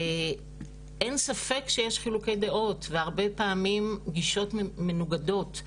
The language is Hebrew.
אין ספק שיש חילוקי דעות והרבה פעמים גישות מנוגדות,